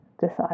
Decide